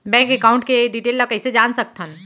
Bank account के detail ल कइसे जान सकथन?